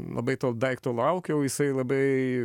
labai to daikto laukiau jisai labai